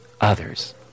others